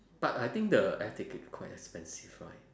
but I think the air ticket quite expensive right